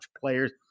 players